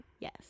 yes